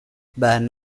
ben